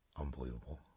unbelievable